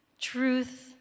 truth